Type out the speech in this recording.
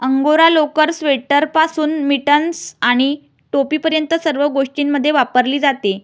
angora लोकर, स्वेटरपासून mittens आणि टोपीपर्यंत सर्व गोष्टींमध्ये वापरली जाते